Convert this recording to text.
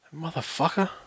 Motherfucker